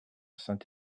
saint